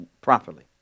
properly